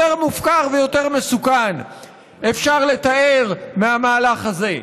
יותר מופקר ויותר מסוכן אפשר לתאר מהמהלך הזה?